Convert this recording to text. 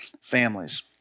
families